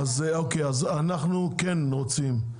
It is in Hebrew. אנחנו כן רוצים.